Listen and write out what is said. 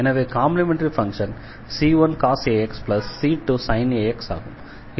எனவே complementary function c1 ax c2 ax ஆகும்